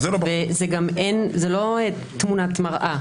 וזה גם לא תמונת מראה.